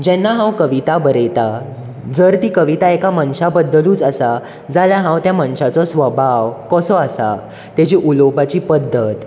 जेन्ना हांव कविता बरयता जर ती कविता एका मनशा बद्दलूच आसा जाल्यार हांव त्या मनशाचो स्वभाव कसो आसा तेची उलोवपाची पध्दत